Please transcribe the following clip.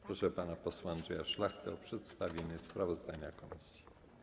Proszę pana posła Andrzeja Szlachtę o przedstawienie sprawozdania komisji.